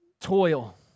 Toil